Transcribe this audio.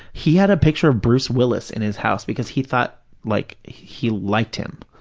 he had a picture of bruce willis in his house because he thought, like he liked him.